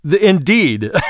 Indeed